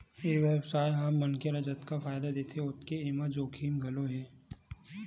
ए बेवसाय ह मनखे ल जतका फायदा देथे ओतके एमा जोखिम घलो हे